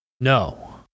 No